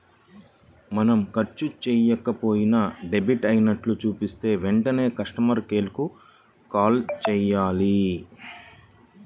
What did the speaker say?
మనం ఖర్చు చెయ్యకపోయినా డెబిట్ అయినట్లు చూపిస్తే వెంటనే కస్టమర్ కేర్ కు కాల్ చేయాలి